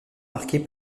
marquée